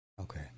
Okay